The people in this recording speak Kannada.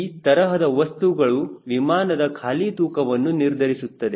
ಆ ತರಹದ ವಸ್ತುಗಳು ವಿಮಾನದ ಖಾಲಿ ತೂಕವನ್ನು ನಿರ್ಧರಿಸುತ್ತದೆ